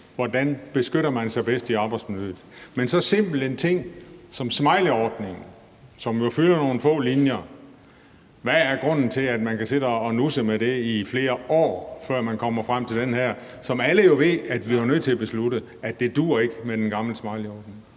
bedst beskytter sig i arbejdsmiljøet. Men så simpel en ting som smileyordningen, som jo fylder nogle få linjer: Hvad er grunden til, at man kan sidde og nusse med det i flere år, før man kommer frem til det her, for alle ved jo, at vi er nødt til at beslutte, at det ikke duer med den gamle smileyordning?